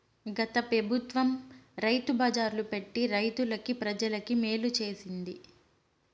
గత పెబుత్వం రైతు బజార్లు పెట్టి రైతులకి, ప్రజలకి మేలు చేసింది